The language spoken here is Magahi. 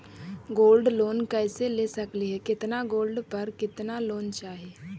गोल्ड लोन कैसे ले सकली हे, कितना गोल्ड पर कितना लोन चाही?